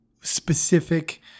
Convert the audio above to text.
specific